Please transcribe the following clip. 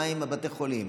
מה עם בתי החולים?